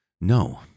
No